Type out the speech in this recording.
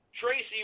Tracy